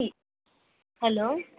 hello